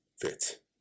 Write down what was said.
fit